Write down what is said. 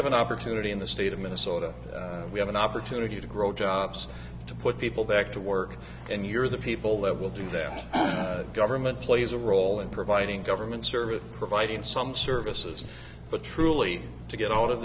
have an opportunity in the state of minnesota we have an opportunity to grow jobs to put people back to work and you're the people that will do them government plays a role in providing government service providing some services but truly to get out of